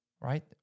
right